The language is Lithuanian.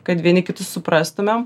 kad vieni kitus suprastumėm